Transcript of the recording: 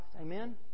Amen